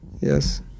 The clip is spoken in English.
yes